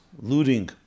looting